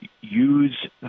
use